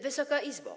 Wysoka Izbo!